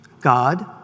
God